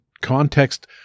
context